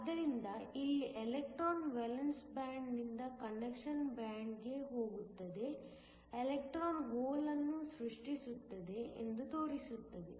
ಆದ್ದರಿಂದ ಇಲ್ಲಿ electron valence band ನಿಂದ ಕಂಡಕ್ಷನ್ ಬ್ಯಾಂಡ್ ಗೆ ಹೋಗುತ್ತದೆ ಎಲೆಕ್ಟ್ರಾನ್ ಹೋಲ್ ಅನ್ನು ಸೃಷ್ಟಿಸುತ್ತದೆ ಎಂದು ತೋರಿಸುತ್ತೇನೆ